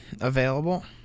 Available